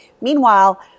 Meanwhile